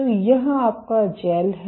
तो यह आपका जैल है